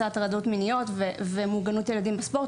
הטרדות מיניות ומוגנות ילדים בספורט,